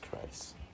Christ